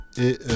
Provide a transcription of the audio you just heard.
Et